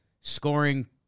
scoring